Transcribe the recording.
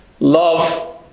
Love